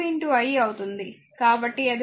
కాబట్టి ఇది 2 i అవుతుంది